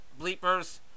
bleepers